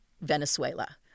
Venezuela